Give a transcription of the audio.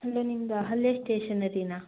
hello ನಿಮ್ಮದು ಅಹಲ್ಯ ಸ್ಟೇಷನರಿನಾ